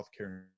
healthcare